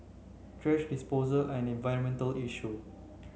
thrash disposal an environmental issue